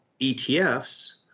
ETFs